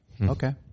Okay